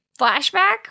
flashback